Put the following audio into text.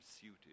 suited